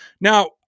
Now